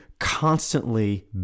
Constantly